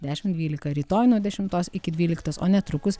dešimt dvylika rytoj nuo dešimtos iki dvyliktos o netrukus